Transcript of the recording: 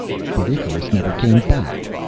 but icarus never came back,